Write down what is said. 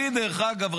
דרך אגב,